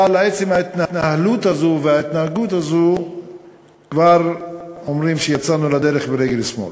אבל עצם ההתנהלות הזאת וההתנהגות הזאת כבר אומר שיצאנו לדרך ברגל שמאל.